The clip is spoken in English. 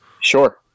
Sure